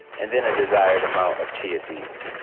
and then a desired amount of chia seeds.